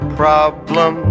problem